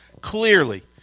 Clearly